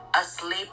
asleep